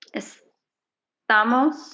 estamos